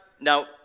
now